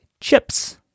chips